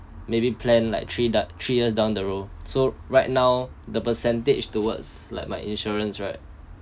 maybe plan like three down three years down the row so right now the percentage towards like my insurance right